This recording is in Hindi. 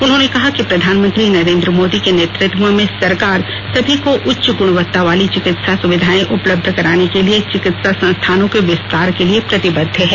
उन्होंने कहा कि प्रधानमंत्री नरेंद्र मोदी के नेतृत्व में सरकार सभी को उच्च गुणवत्ता वाली चिकित्सा सुविधाएं उपलब्ध कराने के लिए चिकित्सा संस्थानों के विस्तार के लिए प्रतिबद्ध है